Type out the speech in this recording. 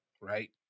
right